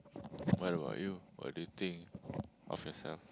what about you what do you think of yourself